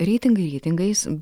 reitingai reitingais